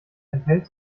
enthält